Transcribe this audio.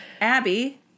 Abby